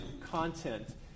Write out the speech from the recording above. content